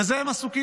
בזה הם עסוקים.